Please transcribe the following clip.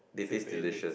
six fake legs